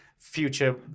future